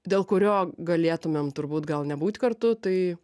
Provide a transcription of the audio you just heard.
dėl kurio galėtumėm turbūt gal nebūt kartu tai